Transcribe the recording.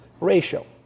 ratio